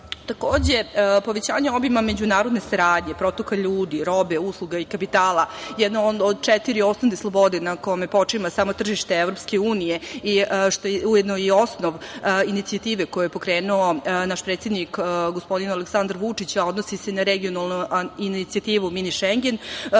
povećanje obima međunarodne saradnje, protoka ljudi, robe, usluga i kapitala, jedna od četiri osnovne slobode na kome počiva samo tržište EU i što je ujedno i osnov inicijative koju je pokrenuo naš predsednik, gospodin Aleksandar Vučić, a odnosi se na regionalnu inicijativu "mini Šengen",